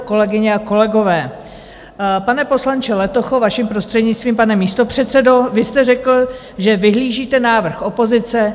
Kolegyně a kolegové, pane poslanče Letocho, vaším prostřednictvím, pane místopředsedo, vy jste řekl, že vyhlížíte návrh opozice.